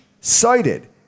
cited